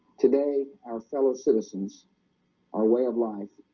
today our fellow citizens our way of life.